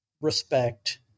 respect